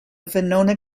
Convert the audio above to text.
venona